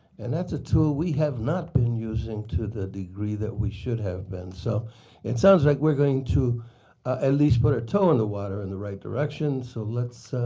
and that's a tool we have not been using to the degree that we should have been. so it sounds like we're going to at least put our toe in the water in the right direction. so let's